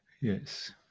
yes